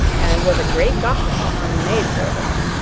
and was a great gossip among the maid servants,